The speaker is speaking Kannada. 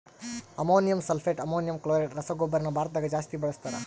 ಅಮೋನಿಯಂ ಸಲ್ಫೆಟ್, ಅಮೋನಿಯಂ ಕ್ಲೋರೈಡ್ ರಸಗೊಬ್ಬರನ ಭಾರತದಗ ಜಾಸ್ತಿ ಬಳಸ್ತಾರ